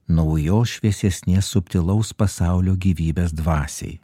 naujos šviesesnės subtilaus pasaulio gyvybės dvasiai